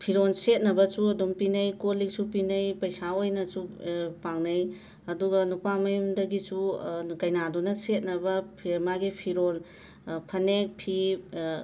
ꯐꯤꯔꯣꯜ ꯁꯦꯠꯅꯕꯁꯨ ꯑꯗꯨꯝ ꯄꯤꯅꯩ ꯀꯣꯜ ꯂꯤꯛꯁꯨ ꯄꯤꯅꯩ ꯄꯩꯁꯥ ꯑꯣꯏꯅꯁꯨ ꯄꯥꯡꯅꯩ ꯑꯗꯨꯒ ꯅꯨꯄꯥ ꯃꯌꯨꯝꯗꯒꯤꯁꯨ ꯀꯩꯅꯥꯗꯨꯅ ꯁꯦꯠꯅꯕ ꯐ ꯃꯥꯒꯤ ꯐꯤꯔꯣꯜ ꯐꯅꯦꯛ ꯐꯤ